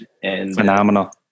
Phenomenal